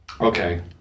Okay